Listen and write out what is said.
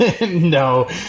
No